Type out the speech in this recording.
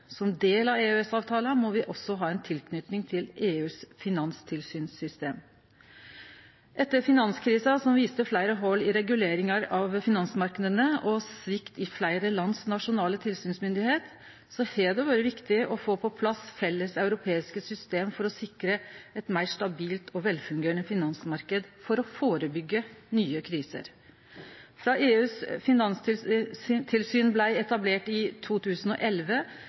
ein del av EØS-avtala må me òg ha ei tilknyting til EUs finanstilsynssystem. Etter finanskrisa, som viste fleire hol i reguleringar av finansmarknadene og svikt i fleire lands nasjonale tilsynsmyndigheit, har det vore viktig å få på plass felles europeiske system for å sikre ein meir stabil og velfungerande finansmarknad for å førebyggje nye kriser. Frå EUs finanstilsyn blei etablert i 2011,